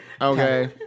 okay